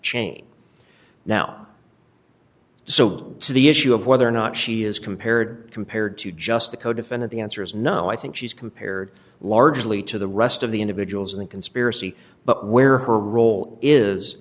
chain now so the issue of whether or not she is compared compared to just a codefendant the answer is no i think she's compared largely to the rest of the individuals in the conspiracy but where her role is